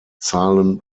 zahlen